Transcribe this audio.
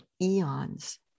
eons